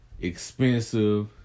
expensive